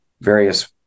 various